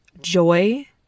joy